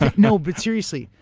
no, but seriously.